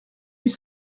huit